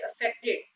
affected